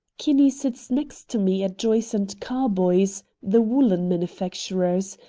kinney sits next to me at joyce and carboy's, the woollen manufacturers,